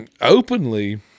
openly